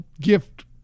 gift